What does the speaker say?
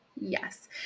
Yes